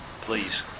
please